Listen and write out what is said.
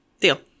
Deal